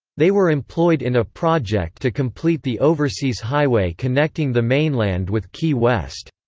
they were employed in a project to complete the overseas highway connecting the mainland with key west.